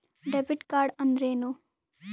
Debit card ಅಂದ್ರೇನು?